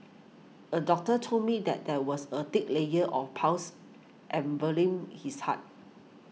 a doctor told me that there was a thick layer of pus enveloping his heart